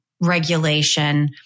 regulation